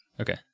Okay